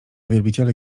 wielbiciele